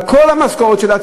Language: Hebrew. אבל כל המשכורת שלה,